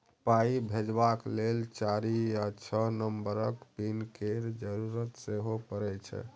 पाइ भेजबाक लेल चारि या छअ नंबरक पिन केर जरुरत सेहो परय छै